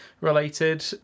related